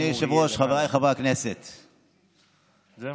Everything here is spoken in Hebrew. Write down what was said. חברי הכנסת,